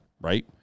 right